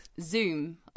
Zoom